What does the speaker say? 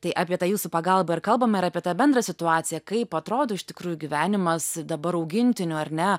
tai apie tą jūsų pagalbą ir kalbame apie tą bendrą situaciją kaip atrodo iš tikrųjų gyvenimas dabar augintinių ar ne